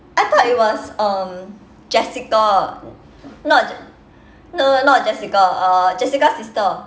I thought it was um jessica not no no no not jessica uh jessica's sister